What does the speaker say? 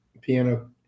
piano